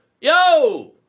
yo